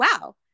wow